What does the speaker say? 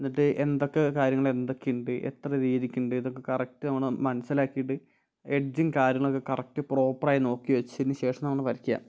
എന്നിട്ട് എന്തൊക്കെ കാര്യങ്ങൾ എന്തൊക്കെ ഉണ്ട് എത്ര രീതിക്ക് ഉണ്ട് ഇതൊക്കെ കറക്റ്റ് നമ്മൾ മനസ്സിലാക്കിയിട്ട് എഡ്ജും കാര്യങ്ങളും ഒക്കെ കറക്റ്റ് പ്രോപ്പർ ആയി നോക്കിവെച്ചതിന് ശേഷം നമ്മൾ വരയ്ക്കുക